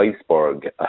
iceberg